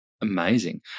Amazing